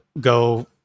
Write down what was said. go